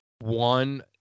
one